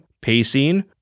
pacing